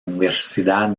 universidad